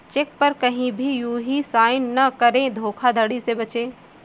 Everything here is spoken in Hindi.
चेक पर कहीं भी यू हीं साइन न करें धोखाधड़ी से बचे